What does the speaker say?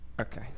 okay